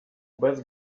bez